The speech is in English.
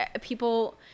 people